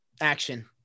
action